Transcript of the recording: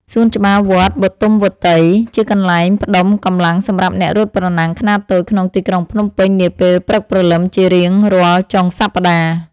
សួនច្បារវត្តបទុមវត្តី ជាកន្លែងផ្ដុំកម្លាំងសម្រាប់អ្នករត់ប្រណាំងខ្នាតតូចក្នុងទីក្រុងភ្នំពេញនាពេលព្រឹកព្រលឹមជារៀងរាល់ចុងសប្តាហ៍។